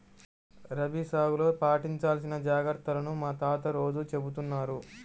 రబీ సాగులో పాటించాల్సిన జాగర్తలను మా తాత రోజూ చెబుతున్నారు